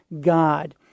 God